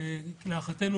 להערכתנו